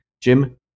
Jim